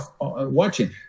watching